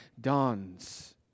dawns